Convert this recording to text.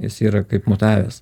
jis yra kaip mutavęs